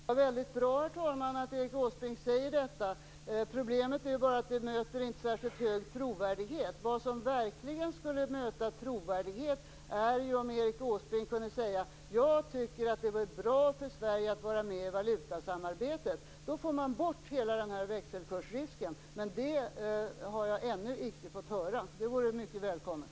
Herr talman! Det är väldigt bra att Erik Åsbrink säger detta. Problemet är bara att det inte möter särskilt stor trovärdighet. Vad som verkligen skulle möta trovärdighet är ju om Erik Åsbrink kunde säga: Jag tycker att det vore bra för Sverige att vara med i valutasamarbetet. Då får man bort hela denna växelkursrisken. Men det har jag ännu icke fått höra. Det vore mycket välkommet.